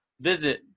visit